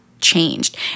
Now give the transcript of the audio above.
changed